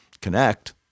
connect